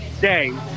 day